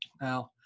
Now